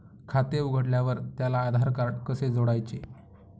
खाते उघडल्यावर त्याला आधारकार्ड कसे जोडायचे?